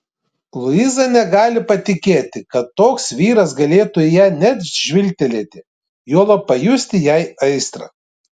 luiza negali patikėti kad toks vyras galėtų į ją net žvilgtelėti juolab pajusti jai aistrą